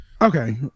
okay